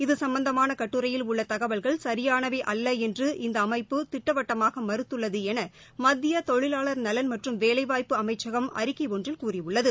இது சம்பந்தமான கட்டுரையில் உள்ள தகவல்கள் சரியானவை அல்ல என்று இந்த அமைப்பு திட்டவட்டமாக மறுத்துள்ளது என மத்திய தொழிவாளர் நலன் மற்றும் வேலைவாய்ப்பு அமைச்சகம் அறிக்கை ஒன்றில் கூறியள்ளது